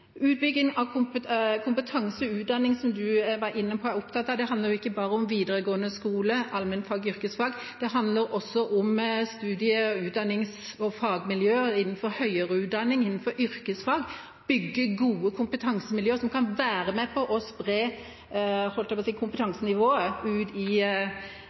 Utbygging av kompetanse og utdanning, som representanten var inne på og er opptatt av, handler ikke bare om videregående skole, allmennfag, yrkesfag, det handler også om studie-, utdannings- og fagmiljø innenfor høyere utdanning, innenfor yrkesfag, bygge gode kompetansemiljøer som kan være med på å spre – holdt jeg på å si – kompetansenivået ut i